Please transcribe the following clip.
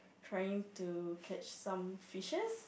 trying to catch some fishes